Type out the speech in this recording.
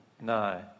no